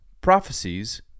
prophecies